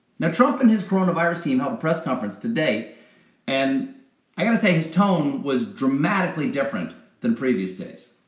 now trump and his coronavirus team held a press conference today and i've got to say his tone was dramatically different than previous days.